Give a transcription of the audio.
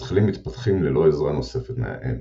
הזחלים מתפתחים ללא עזרה נוספת מהאם,